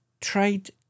Trade